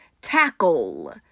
tackle